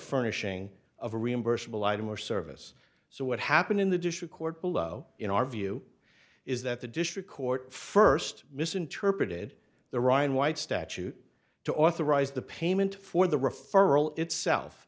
furnishing of a reimbursable item or service so what happened in the district court below in our view is that the district court first misinterpreted the ryan white statute to authorize the payment for the referral itself